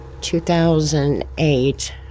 2008